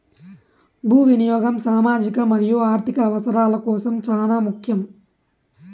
భూ వినియాగం సామాజిక మరియు ఆర్ధిక అవసరాల కోసం చానా ముఖ్యం